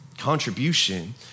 Contribution